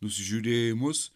nusižiūrėję į mus